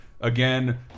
again